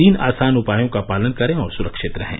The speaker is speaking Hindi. तीन आसान उपायों का पालन करें और सुरक्षित रहें